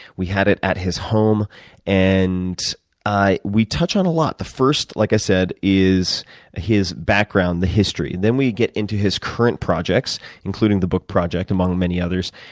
we had it at his home and we touch on a lot. the first, like i said, is his background the history. then we get into his current projects, including the book project, among many others.